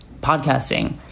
podcasting